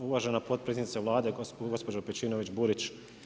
Uvažena potpredsjednice Vlade, gospođo Pejčinović Burić.